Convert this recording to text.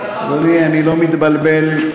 אדוני, אני לא מתבלבל.